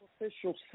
official